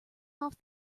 off